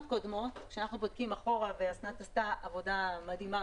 כשאנחנו בודקים אחורה ואסנת עשתה עבודה מדהימה